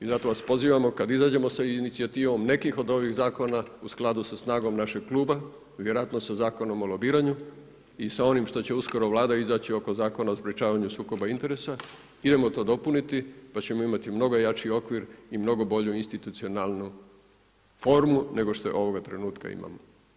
I zato vas pozivamo kada izađemo sa inicijativom nekih od ovih zakona u skladu sa snagom našeg kluba, vjerojatno sa Zakonom o lobiranju i sa onim što će uskoro Vlada izaći oko Zakona o sprečavanju sukoba interesa, idemo to dopuniti pa ćemo imati mnogo jači okvir i mnogo bolju institucionalnu formu nego što je ovoga trenutka imamo.